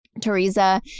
Teresa